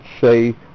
say